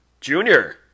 Junior